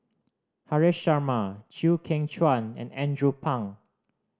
Haresh Sharma Chew Kheng Chuan and Andrew Phang